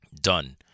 done